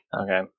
Okay